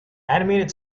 animated